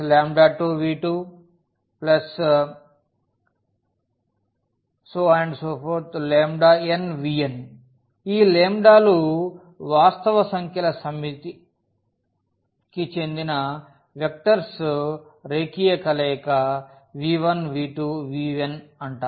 nvn ఈ లు వాస్తవ సంఖ్యల సమితి చెందిన వెక్టర్స్ రేఖీయ కలయిక v1v2vn అంటారు